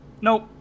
Nope